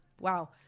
wow